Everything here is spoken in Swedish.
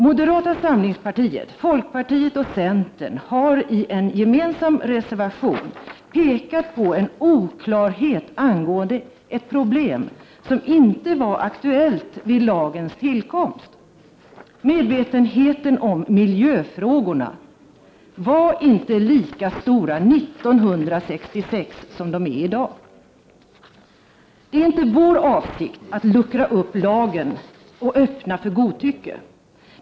Moderata samlingspartiet, folkpartiet och centern har i en gemensam reservation pekat på en oklarhet angående ett problem som inte var aktuellt vid lagens tillkomst. Medvetenheten om miljöfrågorna var inte lika stor 1966 som den är i dag. Det är inte vår avsikt att luckra upp lagen och öppna för godtycke.